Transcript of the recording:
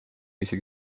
isegi